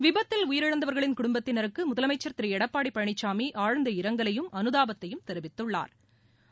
விபத்தில் உயிரிழந்தவா்களின் குடும்பத்தினருக்கு முதலமைச்சா் திரு எடப்பாடி பழனிசாமி ஆழ்ந்த இரங்கலையும் அனுதாபத்தையும் தெரிவித்துள்ளாா்